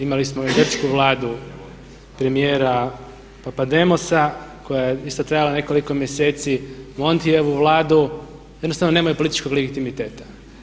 Imali smo i grčku vladu premijera Papademosa koja je isto trajala nekoliko mjeseci, Montijevu vladu, jednostavno nemaju političkog legitimiteta.